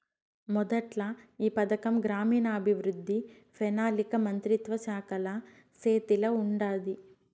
మొదట్ల ఈ పథకం గ్రామీణాభవృద్ధి, పెనాలికా మంత్రిత్వ శాఖల సేతిల ఉండాది